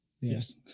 Yes